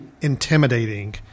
intimidating